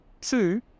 Two